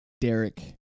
Derek